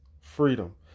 freedom